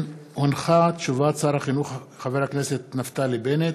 הודעת שר החינוך, חבר הכנסת נפתלי בנט,